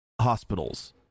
hospitals